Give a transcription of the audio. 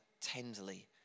tenderly